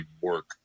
work